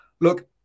Look